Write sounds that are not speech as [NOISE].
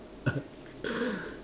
[LAUGHS]